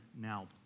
now